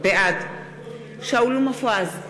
בעד שאול מופז,